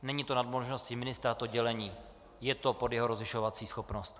Není to nad možnosti ministra, to dělení, je to pod jeho rozlišovací schopnost.